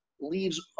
leaves